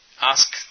ask